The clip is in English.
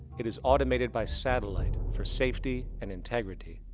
it is automated by satellite for safety and integrity.